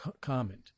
comment